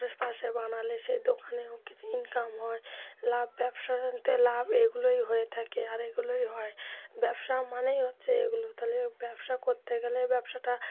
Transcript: পাশে বানালে সেই দোকানেও কিছু ইনকাম হয় লাভ ব্যবসাতে লাভ এগুলোই হয়ে থাকে আর এগুলোই হয় ব্যবসা মানেই হচ্ছে এগুলো তাহলে ব্যবসা করতে গেলে ব্যবসাটা